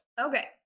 Okay